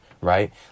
right